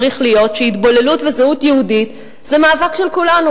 צריך להיות שהתבוללות וזהות יהודית זה מאבק של כולנו.